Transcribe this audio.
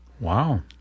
Wow